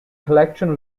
collection